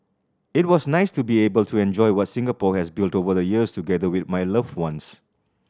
it was nice to be able to enjoy what Singapore has built over the years together with my loved ones